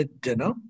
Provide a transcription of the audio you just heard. dinner